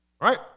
right